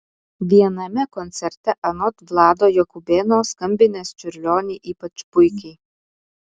viename koncerte anot vlado jakubėno skambinęs čiurlionį ypač puikiai